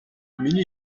миний